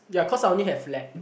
ya cause I only have lab